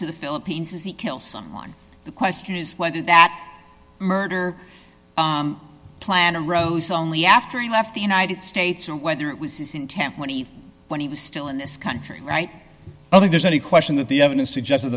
to the philippines is he kill someone the question is whether that murder plan arose only after he left the united states or whether it was his intent when he when he was still in this country right now there's any question that the evidence suggested